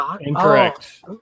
incorrect